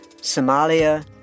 Somalia